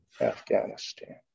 Afghanistan